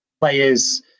players